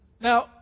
Now